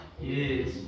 Yes